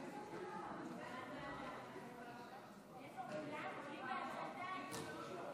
ועדת הכלכלה בדבר תיקון טעות בחוק הגז הפחמימני המעובה,